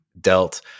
dealt